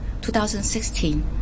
2016